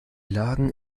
lagen